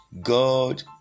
God